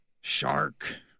Shark